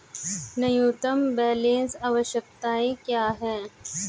न्यूनतम बैलेंस आवश्यकताएं क्या हैं?